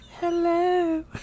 Hello